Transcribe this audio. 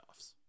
playoffs